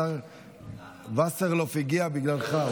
השר וסרלאוף הגיע בגללך,